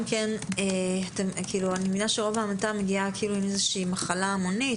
אני מבינה שרוב ההמתה מגיעה בגלל מחלה המונית,